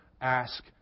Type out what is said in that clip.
ask